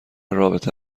رابطه